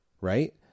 right